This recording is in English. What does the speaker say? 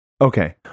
Okay